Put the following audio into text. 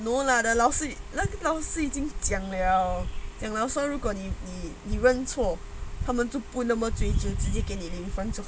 no lah 的老师那个老师已经讲 liao 说如果你你你认错他们都不那么追究直接给你零分